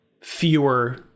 fewer